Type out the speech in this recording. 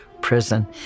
prison